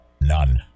none